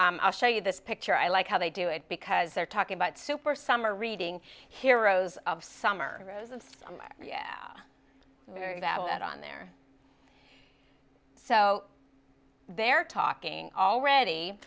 i'll show you this picture i like how they do it because they're talking about super summer reading heroes of summer rose of that on there so they're talking already